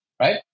right